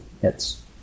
hits